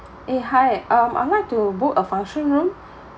eh hi um I'd like to book a function room